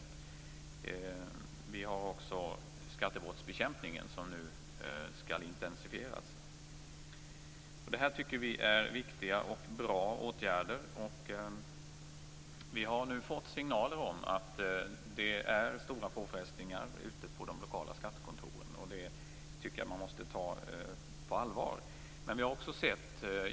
Det gäller också skattebrottsbekämpningen, som nu skall intensifieras. Det här är viktiga och bra åtgärder. Vi har fått signaler om att det finns stora påfrestningar ute på de lokala skattekontoren, och det tycker jag man måste ta på allvar.